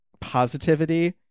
positivity